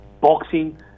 Boxing